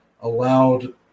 allowed